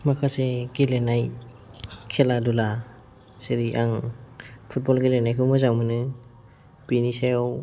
माखासे गेलेनाय खेला धुला जेरै आं फुटबल गेलेनायखौ मोजां मोनो बिनि सायाव